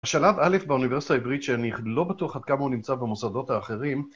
השלב א' באוניברסיטה העברית שאני לא בטוח עד כמה הוא נמצא במוסדות האחרים